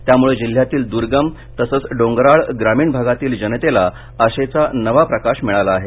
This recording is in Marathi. त्यामुळे जिल्ह्यातील दुर्गम तसेच डोंगराळ ग्रामीण भागातील जनतेला आशेचा नवा प्रकाश मिळाला आहे